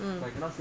mm